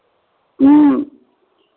ह्म्म